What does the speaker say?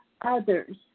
others